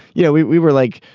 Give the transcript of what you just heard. yeah we we were like.